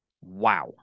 Wow